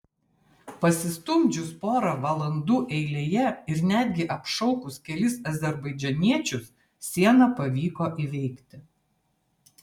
pasistumdžius porą valandų eilėje ir netgi apšaukus kelis azerbaidžaniečius sieną pavyko įveikti